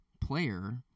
player